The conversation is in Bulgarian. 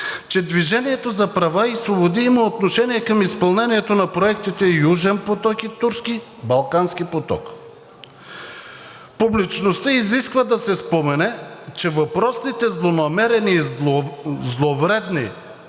че „Движение за права и свободи“ има отношение към изпълнението на проектите Южен поток и Турски поток, Балкански поток. Публичността изисква да се спомене, че въпросните злонамерени и зловредни